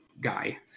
guy